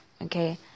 okay